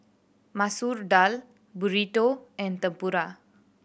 Masoor Dal Burrito and Tempura